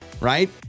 right